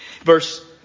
Verse